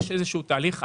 יש איזשהו תהליך.